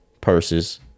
purses